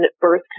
birth